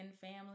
family